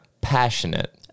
Passionate